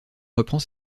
reprend